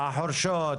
החורשות,